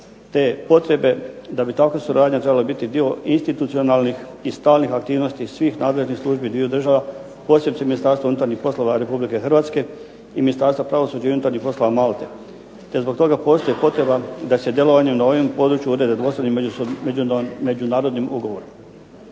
te potrebe da bi takve suradnje trebale biti dio institucionalnih i stalnih aktivnosti svih nadležnih službi dviju država posebice Ministarstva unutarnjih poslova Republike Hrvatske i Ministarstva pravosuđa i unutarnjih poslova Malte, te zbog toga postoji potreba da se djelovanjem na ovom području urede .../Govornik